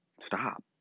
Stop